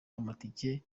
amatike